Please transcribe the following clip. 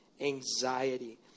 anxiety